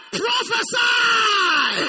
prophesy